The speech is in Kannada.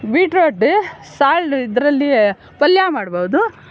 ಬೀಟ್ರೋಟ ಸಾಲ್ಟ್ ಇದರಲ್ಲಿ ಪಲ್ಯ ಮಾಡಬಹುದು